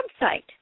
website